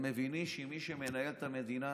הם מבינים שמי שמנהל את המדינה